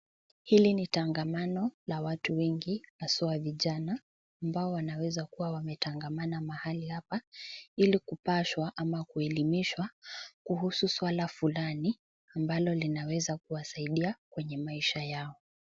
Hili ni tangamano la watu wengi haswa vijana ambao wanaweza kuwa wametangamana mahali hapa ili kupashwa ama kuelimishwa kuhusu swala fulani ambalo linaweza kuwasaidia kwenye maisha yao.